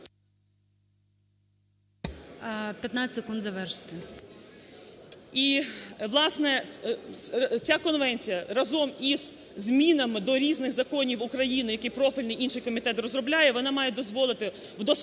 15 секунд завершити.